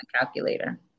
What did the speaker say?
calculator